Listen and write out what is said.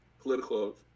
political